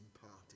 party